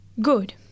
Good